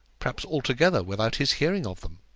perhaps altogether without his hearing of them.